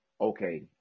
okay